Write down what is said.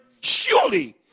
surely